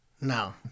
no